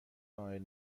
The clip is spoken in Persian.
نایل